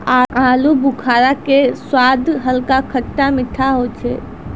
आलूबुखारा के स्वाद हल्का खट्टा मीठा होय छै